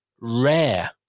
rare